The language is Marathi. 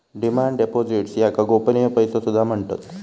डिमांड डिपॉझिट्स याका गोपनीय पैसो सुद्धा म्हणतत